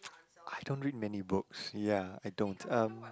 I don't read many books ya I don't um